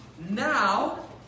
Now